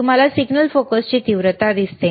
तुम्हाला सिग्नल फोकसची तीव्रता दिसते